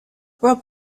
rob